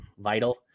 vital